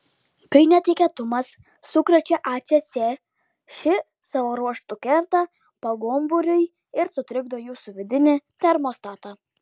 kai netikėtumas sukrečia acc ši savo ruožtu kerta pogumburiui ir sutrikdo jūsų vidinį termostatą